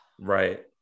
right